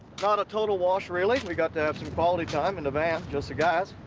not a total wash, really. we got to have some quality time in the van, just the guys.